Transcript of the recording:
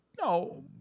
No